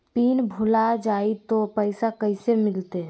Pin भूला जाई तो पैसा कैसे मिलते?